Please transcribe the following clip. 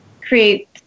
create